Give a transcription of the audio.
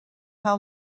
how